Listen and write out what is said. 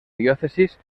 diócesis